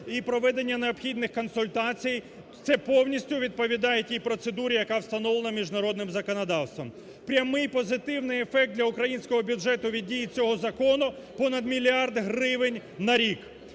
і проведення необхідних консультацій. Це повністю відповідає тій процедурі, яка встановлена міжнародним законодавством. Прямий позитивний ефект для українського бюджету від дії цього закону – понад мільярд гривень на рік.